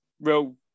real